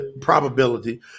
probability